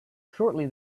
shortly